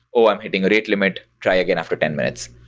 oh, i'm hitting a rate limit. try again after ten minutes.